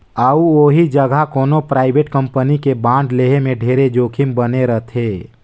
अउ ओही जघा कोनो परइवेट कंपनी के बांड लेहे में ढेरे जोखिम बने रथे